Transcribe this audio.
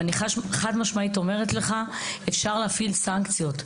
ואני חש חד משמעית אומרת לך אפשר להפעיל סנקציות,